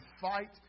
fight